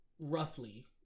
roughly